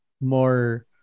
more